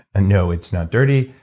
no it's not dirty,